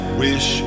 wish